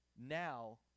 Now